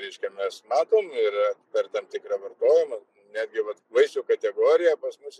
reiškia mes matom ir per tam tikrą vartojimą netgi vat vaisių kategorija pas mus